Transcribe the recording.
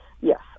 yes